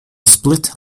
split